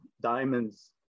diamonds